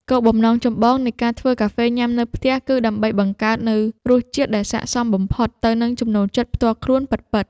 គោលបំណងចម្បងនៃការធ្វើកាហ្វេញ៉ាំនៅផ្ទះ គឺដើម្បីបង្កើតនូវរសជាតិដែលស័ក្តិសមបំផុតទៅនឹងចំណូលចិត្តផ្ទាល់ខ្លួនពិតៗ។